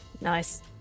Nice